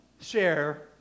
share